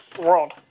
world